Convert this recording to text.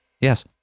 Yes